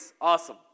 Awesome